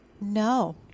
No